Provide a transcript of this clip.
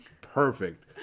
Perfect